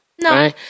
No